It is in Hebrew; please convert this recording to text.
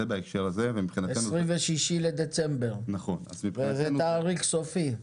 26 בדצמבר זה תאריך סופי?